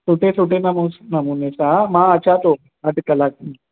सुठे सुठे नमूस नमूने छा मां अचा थो अधु कलाक में